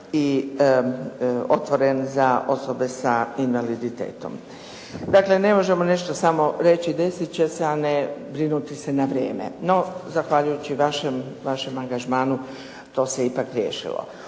i otvoren za osobe s invaliditetom. Dakle, ne možemo nešto samo reći desit će se, a ne brinuti se na vrijeme. No, zahvaljujući vašem angažmanu to se ipak riješilo.